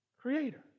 creator